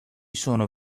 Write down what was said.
sono